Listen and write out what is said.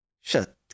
Shut